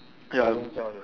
ya